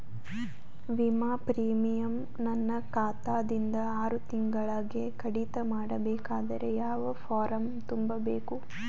ವಿಮಾ ಪ್ರೀಮಿಯಂ ನನ್ನ ಖಾತಾ ದಿಂದ ಆರು ತಿಂಗಳಗೆ ಕಡಿತ ಮಾಡಬೇಕಾದರೆ ಯಾವ ಫಾರಂ ತುಂಬಬೇಕು?